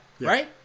Right